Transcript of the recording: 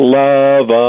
love